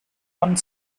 one